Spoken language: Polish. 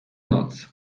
noc